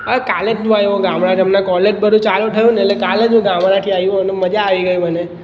અ કાલે જ મુ આયો ગામડાથી હમણાં કોલેજ બધુ ચાલુ થયુંને એટલે કાલે જ હું ગામડાથી આવ્યો અને મજા આવી ગઈ મને